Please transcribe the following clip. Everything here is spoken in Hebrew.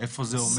איפה זה עומד.